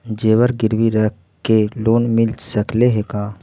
जेबर गिरबी रख के लोन मिल सकले हे का?